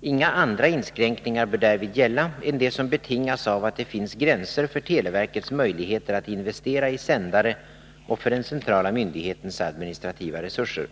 Inga andra inskränkningar bör därvid gälla än de som betingas av att det finns gränser för televerkets möjligheter att investera i sändare och för den centrala myndighetens administrativa resurser.